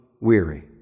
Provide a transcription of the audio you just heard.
weary